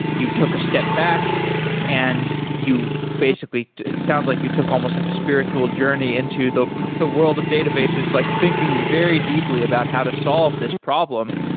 you took a step back and you basically it sounds like you took almost like a spiritual journey into the world of databases like thinking very deeply about how to solve this problem,